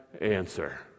answer